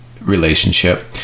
relationship